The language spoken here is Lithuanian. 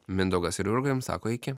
mindaugas ir jurga jums sako iki